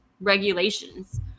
regulations